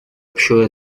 общую